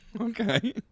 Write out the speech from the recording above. Okay